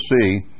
see